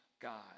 God